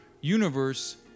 universe